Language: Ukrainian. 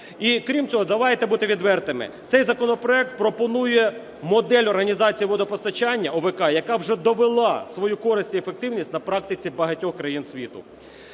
І, крім цього, давайте бути відвертими, цей законопроект пропонує модель організації водопостачання ОВК, яка вже довела свою користь і ефективність на практиці багатьох країн світу.